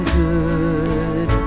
good